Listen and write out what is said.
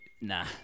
Nah